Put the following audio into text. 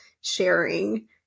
sharing